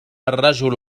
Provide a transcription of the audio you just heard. الرجل